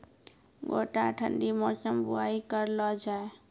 गोटा ठंडी मौसम बुवाई करऽ लो जा?